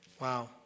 Wow